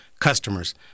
Customers